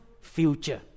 future